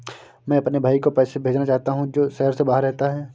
मैं अपने भाई को पैसे भेजना चाहता हूँ जो शहर से बाहर रहता है